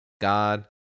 God